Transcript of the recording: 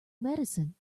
medicine